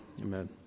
Amen